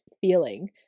feeling